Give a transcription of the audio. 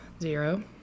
zero